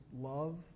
love